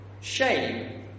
Shame